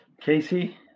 Casey